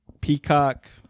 Peacock